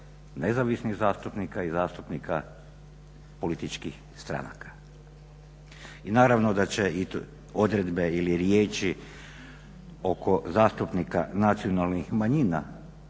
nezavisnih zastupnika i zastupnika političkih stranaka. I naravno da će i odredbe ili riječi oko zastupnika nacionalnih manjina